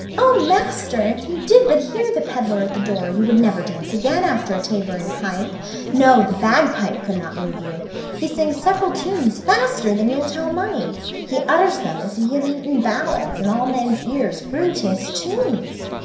o master, if you did but hear the pedlar at the door, you would never dance again after a tabor and pipe no, the bagpipe could not move you he sings several tunes faster than you'll tell money he utters them as he had eaten ballads, and all men's ears grew to his tunes.